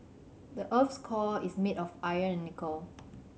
the earth's core is made of iron and nickel